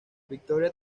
victoria